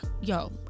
yo